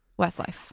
Westlife